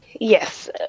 Yes